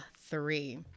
three